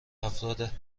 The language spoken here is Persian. افراد